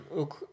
ook